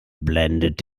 blendet